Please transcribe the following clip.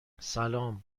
سلام